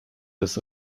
des